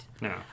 No